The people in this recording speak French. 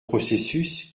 processus